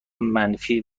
منفی